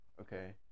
Okay